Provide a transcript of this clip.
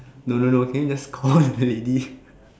no no no can you just call the lady